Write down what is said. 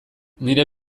nire